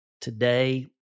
Today